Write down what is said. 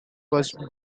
was